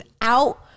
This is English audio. out